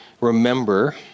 remember